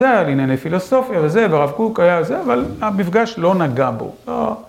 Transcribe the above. זה היה לענייני פילוסופיה וזה, והרב קוק היה זה, אבל המפגש לא נגע בו. לא...